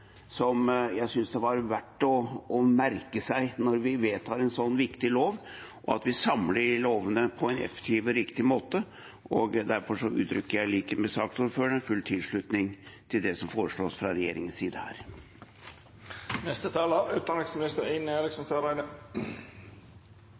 jeg synes det er verdt å merke seg når vi vedtar en sånn viktig lov og samler lovene på en effektiv og riktig måte. Derfor uttrykker jeg i likhet med saksordføreren full tilslutning til det som foreslås fra regjeringens side.